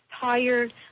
tired